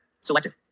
Selected